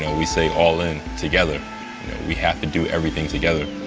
and we say all in together we have to do everything together.